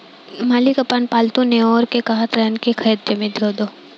मालिक आपन पालतु नेओर के कहत रहन की खेत के जमीन खोदो